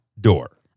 Door